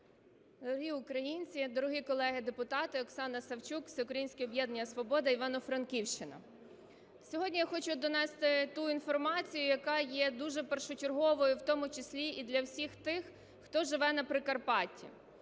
Дорогі українці, дорогі колеги-депутати! Оксана Савчук, Всеукраїнське об'єднання "Свобода", Івано-Франківщина. Сьогодні я хочу донести ту інформацію, яка є дуже першочерговою в тому числі і для всіх тих, хто живе на Прикарпатті.